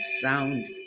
sound